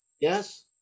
Yes